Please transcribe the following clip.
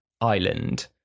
island